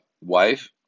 wife